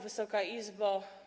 Wysoka Izbo!